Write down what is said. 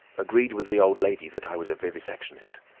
agreed with the old lady that i was a vivisectionist.